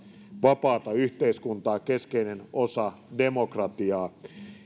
vapaata yhteiskuntaa keskeinen osa demokratiaa